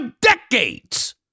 decades